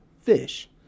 fish